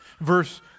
Verse